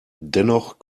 dennoch